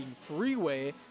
freeway